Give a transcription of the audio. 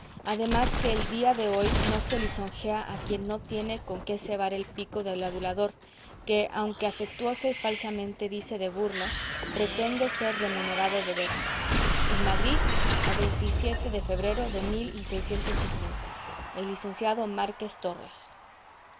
además que el día de hoy no se lisonjea a quien no tiene con qué cebar el pico del adulador que aunque afectuosa y falsamente dice de burlas pretende ser remunerado de veras en madrid a veinte y siete de febrero de mil y seiscientos y quince el licenciado márquez torres